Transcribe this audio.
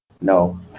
No